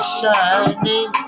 shining